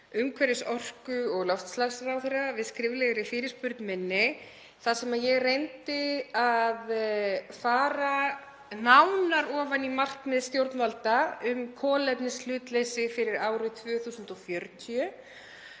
umhverfis-, orku- og loftslagsráðherra við skriflegri fyrirspurn minni þar sem ég reyndi að fara nánar ofan í markmið stjórnvalda um kolefnishlutleysi fyrir árið 2040.